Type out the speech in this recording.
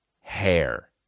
hair